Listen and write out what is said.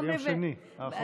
ביום, ביום שני האחרון.